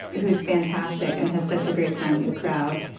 who is fantastic and has such a great time with the crowd.